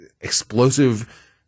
explosive